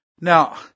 Now